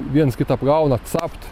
viens kitą apgauna capt